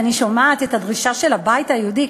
אני שומעת את הדרישה של הבית היהודי,